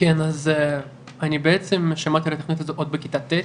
כן אז אני בעצם שמעתי על התוכנית הזאת עוד בכיתה ט'